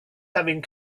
having